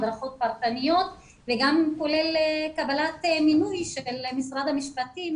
הדרכות פרטניות וגם כולל קבלת מינוי של משרד המשפטים,